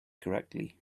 correctly